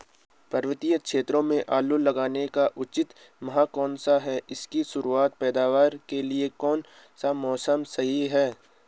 पर्वतीय क्षेत्रों में आलू लगाने का उचित माह कौन सा है इसकी शुरुआती पैदावार के लिए कौन सा मौसम सही है?